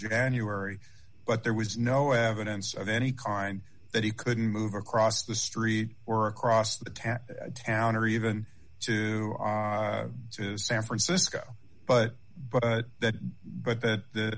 january but there was no evidence of any kind that he couldn't move across the street or across the town town or even to san francisco but but that but that